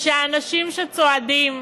שהאנשים שצועדים